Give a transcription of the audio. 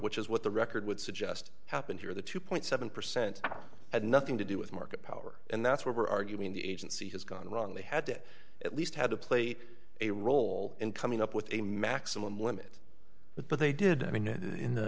which is what the record would suggest happened here the two point seven percent had nothing to do with market power and that's what we're arguing the agency has gone wrong they had to at least had to play a role in coming up with a maximum limit but they did i mean in